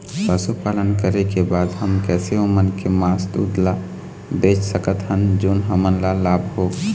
पशुपालन करें के बाद हम कैसे ओमन के मास, दूध ला बेच सकत हन जोन हमन ला लाभ हो?